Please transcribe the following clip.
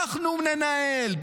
אנחנו ננהל,